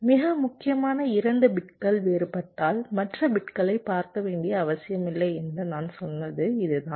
மிக முக்கியமான 2 பிட்கள் வேறுபட்டால் மற்ற பிட்களைப் பார்க்க வேண்டிய அவசியமில்லை என்று நான் சொன்னது இதுதான்